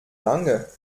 lange